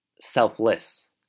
selfless